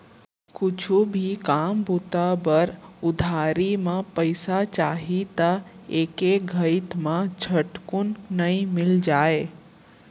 कुछु भी काम बूता बर उधारी म पइसा चाही त एके घइत म झटकुन नइ मिल जाय